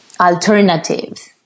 alternatives